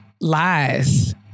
Lies